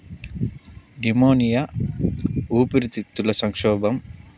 pneumonia ఊపిరితిత్తుల సంక్షోభం